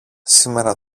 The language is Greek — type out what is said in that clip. σήμερα